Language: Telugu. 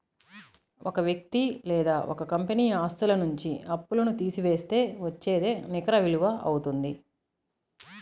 ఒక వ్యక్తి లేదా ఒక కంపెనీ ఆస్తుల నుంచి అప్పులను తీసివేస్తే వచ్చేదే నికర విలువ అవుతుంది